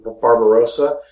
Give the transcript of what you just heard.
barbarossa